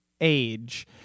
age